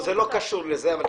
זה לא קשור להגדרות,